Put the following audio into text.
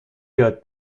یاد